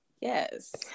Yes